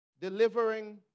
delivering